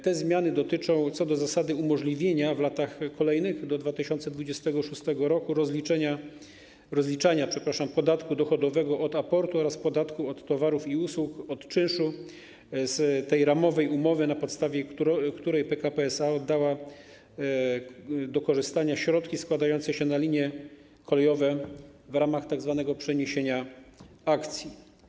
Te zmiany dotyczą co do zasady umożliwienia w latach kolejnych, do 2026 r. rozliczania podatku dochodowego od aportu oraz podatku od towarów i usług od czynszu z tej ramowej umowy, na podstawie której PKP SA oddały do korzystania środki składające się na linie kolejowe w ramach tzw. przeniesienia akcji.